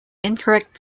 incorrect